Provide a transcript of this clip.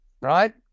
right